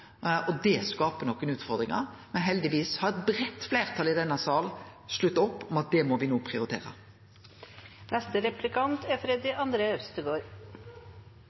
og det skapar nokre utfordringar. Heldigvis har eit breitt fleirtal i denne salen slutta opp om at det må me no prioritere. Det jeg synes er